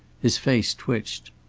his face twitched.